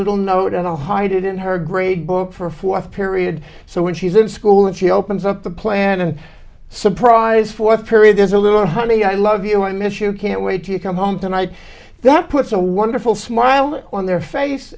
little note and i'll hide it in her grade book for a fourth period so when she's in school and she opens up the plan and surprise fourth period there's a little honey i love you i miss you can't wait to come home tonight that puts a wonderful smile on their face